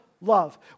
love